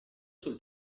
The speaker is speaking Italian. sul